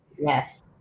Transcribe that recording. Yes